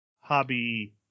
hobby